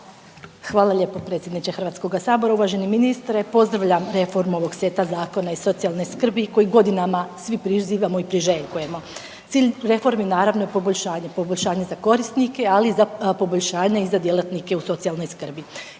Hvala lijepo predsjedniče Hrvatskoga sabora. Uvaženi ministre pozdravljam reformu ovog seta zakona iz socijalne skrbi kojeg godinama svi prizivamo i priželjkujemo. Cilj reformi je naravno poboljšanje. Poboljšanje za korisnike ali i poboljšanje za djelatnike u socijalnoj skrbi.